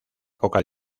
poca